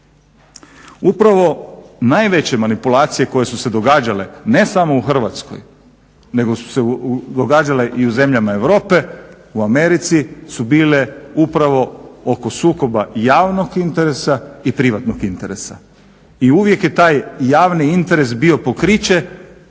Upravo najveće manipulacije koje su se događale ne samo u Hrvatskoj, nego su se događala i u zemljama Europe, u Americi su bile upravo oko sukoba javnog interesa i privatnog interesa i uvijek je taj javni interes bio pokriće